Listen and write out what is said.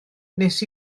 wnes